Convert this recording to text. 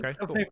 Okay